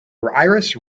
iris